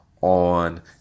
on